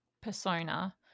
persona